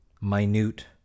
minute